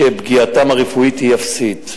שפגיעתם הרפואית היא אפסית.